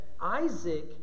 Isaac